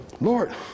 Lord